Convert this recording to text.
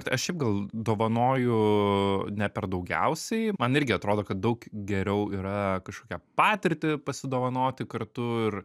aš šiaip gal dovanoju ne per daugiausiai man irgi atrodo kad daug geriau yra kažkokią patirtį pasidovanoti kartu ir